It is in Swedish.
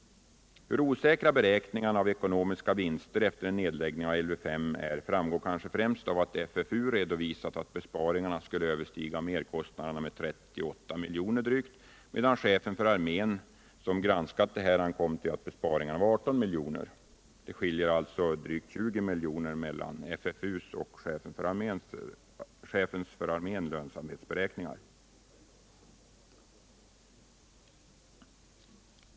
Hur osäkra beräkningarna av ekonomiska vinster genom en nedläggning av Lv 5 är framgår kanske främst av att FFU redovisat att besparingarna skulle överstiga merkostnaderna med drygt 38 milj.kr., medan chefen för armén, som granskat FFU:s beräkningar, kom fram till en besparing av endast 18 milj.kr. Här skiljer alltså drygt 20 milj. mellan FFU:s och chefens för armén lönsamhetsberäkning.